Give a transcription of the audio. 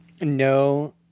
No